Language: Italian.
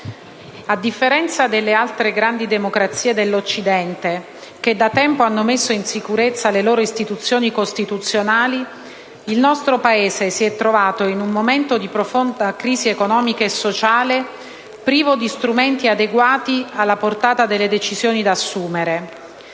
a differenza delle altre grandi democrazie dell'Occidente, che da tempo hanno messo in sicurezza le loro istituzioni costituzionali, il nostro Paese si è trovato, in un momento di profonda crisi economica e sociale, privo di strumenti adeguati alla portata delle decisioni da assumere.